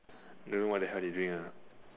don't know what the hell they doing lah